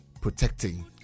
protecting